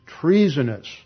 treasonous